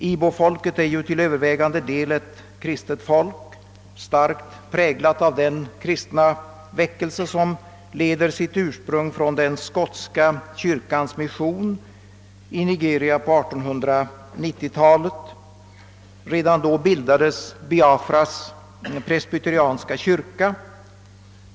Ibofolket är till övervägande del ett kristet folk, starkt präglat av den kristna väckelse som leder sitt ursprung från den skotska kyrkans mission i Nigeria på 1890-talet. Redan då bildades Biafras presbyterianska kyrka.